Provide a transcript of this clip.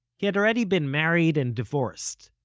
he had already been married, and divorced,